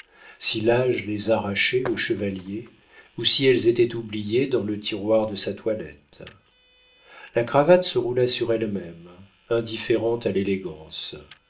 si l'âge les arrachait au chevalier ou si elles étaient oubliées dans le tiroir de sa toilette la cravate se roula sur elle-même indifférente à l'élégance